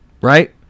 Right